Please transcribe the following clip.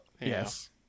yes